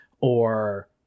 or-